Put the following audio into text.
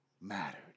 mattered